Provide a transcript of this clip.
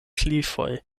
klifoj